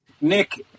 Nick –